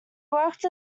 worked